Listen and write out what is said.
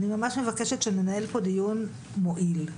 אני ממש מבקשת שננהל פה דיון מועיל.